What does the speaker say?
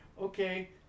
okay